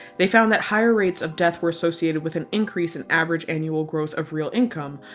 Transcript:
they found that higher rates of death were associated with an increase in average annual growth of real income,